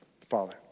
Father